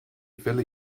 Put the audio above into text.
villa